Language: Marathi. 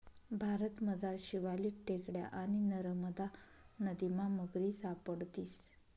भारतमझार शिवालिक टेकड्या आणि नरमदा नदीमा मगरी सापडतीस